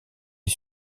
est